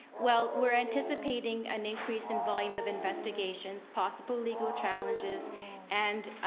well, we're anticipateing an increase in volume of investigations, possible legal challenges and